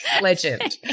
legend